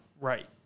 Right